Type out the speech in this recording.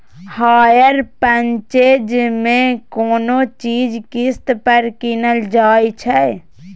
hire purchase मे कोनो चीज किस्त पर कीनल जाइ छै